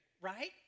right